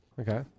Okay